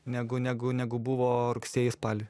negu negu negu buvo rugsėjį spalį